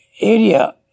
area